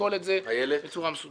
לשקול את זה בצורה מסודרת.